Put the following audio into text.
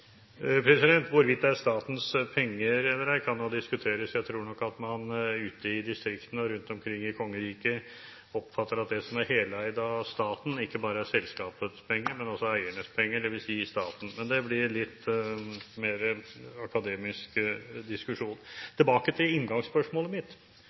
Hvorvidt det er statens penger eller ei, kan diskuteres. Jeg tror nok at man ute i distriktene og rundt omkring i kongeriket oppfatter det slik at det som er heleid av staten, ikke bare er selskapets penger, men også eiernes penger, dvs. staten. Men det blir en litt mer akademisk diskusjon. Tilbake til inngangsspørsmålet mitt,